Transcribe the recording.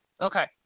Okay